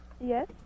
Yes